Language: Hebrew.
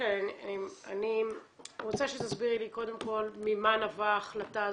אני רוצה שתסבירי לי קודם כול ממה נבעה ההחלטה הזו,